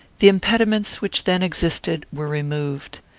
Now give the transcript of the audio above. the impediments which then existed were removed.